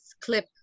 clip